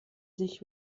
sich